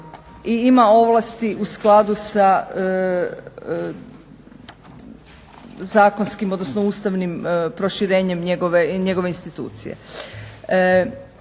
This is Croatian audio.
ima ovlasti u skladu sa zakonskim, odnosno ustavnim proširenjem njegove institucije.